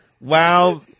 Wow